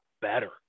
better